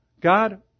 God